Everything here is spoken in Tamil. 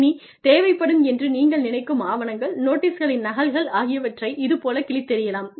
இனி தேவைப்படும் என்று நீங்கள் நினைக்கும் ஆவணங்கள் நோட்டீஸ்களின் நகல்கள் ஆகியவற்றை இது போல கிழித்தெறியலாம்